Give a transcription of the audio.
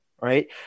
right